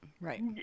right